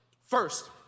First